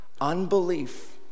Unbelief